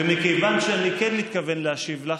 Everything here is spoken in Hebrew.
ומכיוון שאני כן מתכוון להשיב לך,